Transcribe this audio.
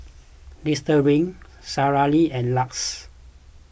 Listerine Sara Lee and Lux